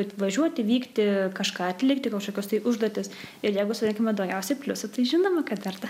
važiuoti vykti kažką atlikti kažkokios tai užduotys ir jeigu sakykime daugiausiai pliusų tai žinoma kad verta